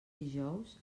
dijous